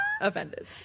offended